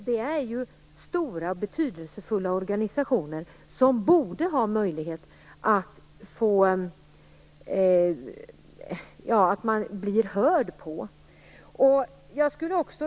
De är stora och betydelsefulla organisationer som man borde lyssna på.